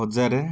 ହଜାରେ